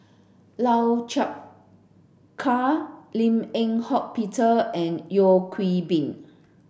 Lau Chiap Khai Lim Eng Hock Peter and Yeo Hwee Bin